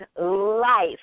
life